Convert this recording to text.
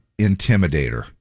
intimidator